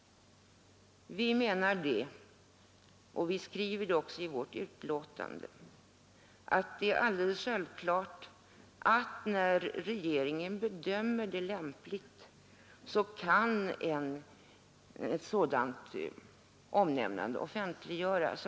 Som vi skriver i vårt betänkande menar vi att det är alldeles självklart att när regeringen bedömer det lämpligt, ett sådant omnämnande kan offentliggöras.